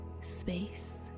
space